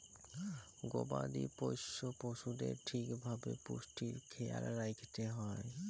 গবাদি পশ্য পশুদের ঠিক ভাবে পুষ্টির খ্যায়াল রাইখতে হ্যয়